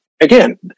again